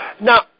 now